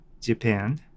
japan